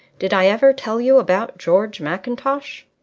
did i ever tell you about george mackintosh?